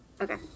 Okay